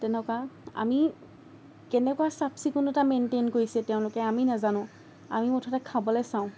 তেনেকুৱা আমি কেনেকুৱা চাফ চিকুণতা মেইনটেইন কৰিছে তেওঁলোকে আমি নেজানোঁ আমি মুঠতে খাবলৈ চাওঁ